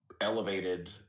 elevated